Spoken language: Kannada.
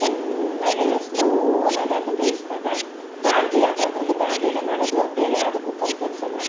ಚೆನ್ನಾಗಿ ಅದು ಸ್ಲೋನಲ್ಲಿ ಅದ್ನ ಬೇಯಿಸ್ದಾಗ ಬಾಣಲಿ ಆಗ ಅದರಲ್ಲಿ ಬಾಣಲಿಯಲ್ಲಿ ಮಾಡೋದು ಬೇರೆ ಯಾವುದು ಕುಕ್ಕರ್ ಉಪಯೋಗ್ಸಲ್ಲ